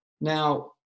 Now